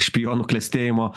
špionų klestėjimo